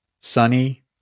sunny